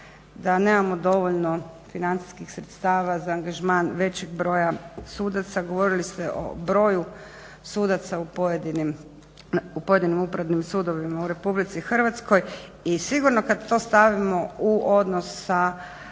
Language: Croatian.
da nemamo dovoljno financijskih sredstava za angažman većeg broja sudaca. Govorili ste o broju sudaca u pojedinim upravnim sudovima u RH i sigurno kad to stavimo u odnos sa